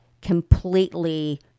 completely